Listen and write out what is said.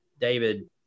David